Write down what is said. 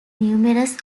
numerous